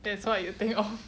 that's what you think of